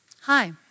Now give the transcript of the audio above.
hi